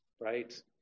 right